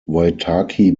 waitaki